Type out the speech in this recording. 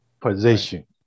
position